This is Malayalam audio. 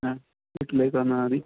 ആ വീട്ടിലേക്ക് വന്നാൽ മതി